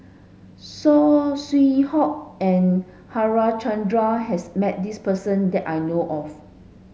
Saw Swee Hock and Harichandra has met this person that I know of